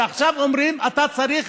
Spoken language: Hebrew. ועכשיו אומרים: אתה צריך,